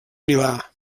milà